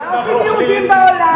מה עושים יהודים בעולם?